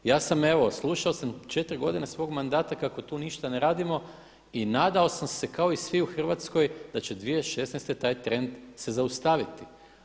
Ja sam evo, slušao sam četiri godine svog mandata kako tu ništa ne radimo i nadao sam se kao i svi u Hrvatskoj da će 2016. taj trend se zaustaviti.